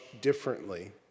differently